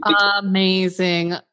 Amazing